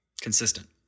Consistent